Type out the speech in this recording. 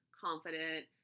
confident